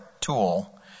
tool